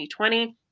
2020